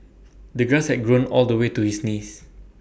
the grass had grown all the way to his knees